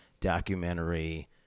documentary